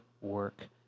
work